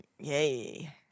Yay